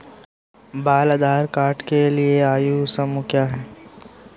बाल आधार कार्ड के लिए आयु समूह क्या है?